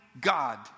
God